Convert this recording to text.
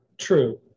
true